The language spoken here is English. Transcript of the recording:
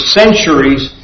centuries